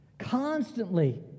Constantly